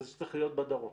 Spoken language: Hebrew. זה צריך להיות בדרום.